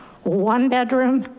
one bedroom,